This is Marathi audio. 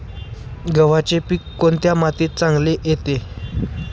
गव्हाचे पीक कोणत्या मातीत चांगले येते?